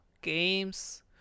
games